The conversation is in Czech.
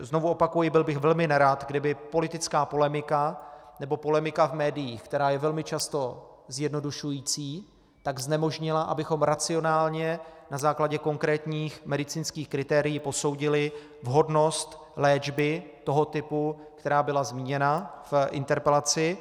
Znovu opakuji, byl bych velmi nerad, kdyby politická polemika nebo polemika v médiích, která je velmi často zjednodušující, znemožnila, abychom racionálně na základě konkrétních medicínských kritérií posoudili vhodnost léčby toho typu, která byla zmíněna v interpelaci.